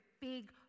big